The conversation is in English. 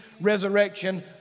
resurrection